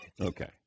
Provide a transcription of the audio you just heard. Okay